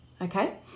Okay